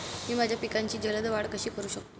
मी माझ्या पिकांची जलद वाढ कशी करू शकतो?